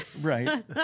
Right